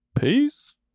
Peace